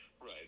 Right